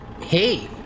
Hey